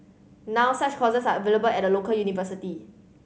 now such courses are available at a local university